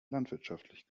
landwirtschaftlich